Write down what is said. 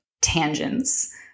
tangents